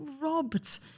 robbed